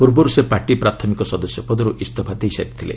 ପୂର୍ବରୁ ସେ ପାର୍ଟି ପ୍ରାଥମିକ ସଦସ୍ୟ ପଦରୁ ଇସ୍ତଫା ଦେଇସାରିଛନ୍ତି